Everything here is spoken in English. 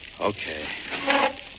Okay